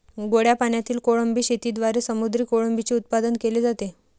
गोड्या पाण्यातील कोळंबी शेतीद्वारे समुद्री कोळंबीचे उत्पादन केले जाते